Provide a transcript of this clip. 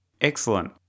Excellent